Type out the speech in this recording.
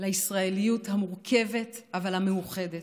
לישראליות המורכבת אבל המאוחדת.